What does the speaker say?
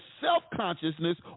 self-consciousness